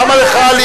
למה ראשי